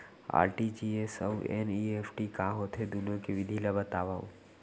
RTGS अऊ NEFT का होथे, दुनो के विधि ला बतावव